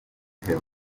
him